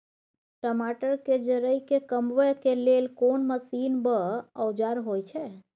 टमाटर के जईर के कमबै के लेल कोन मसीन व औजार होय छै?